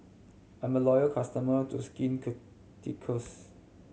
I'm a loyal customer to Skin Ceuticals